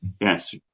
Yes